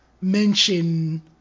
mention